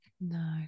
no